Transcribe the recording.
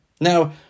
now